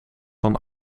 van